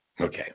Okay